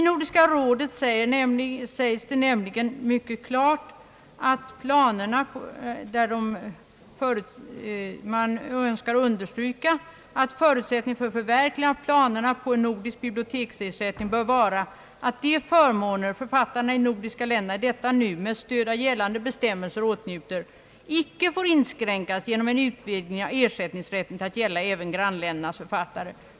Nordiska rådet säger nämligen mycket klart att man »önskar understryka, att förutsättningen vid förverkligandet av planerna på en nordisk biblioteksersättning bör vara, att de förmåner, författarna i de nordiska länderna i detta nu med stöd av de gällande bestämmelserna åtnjuter, icke får inskränkas genom en utvidgning av ersättningsrätten till att gälla även grannländernas författare.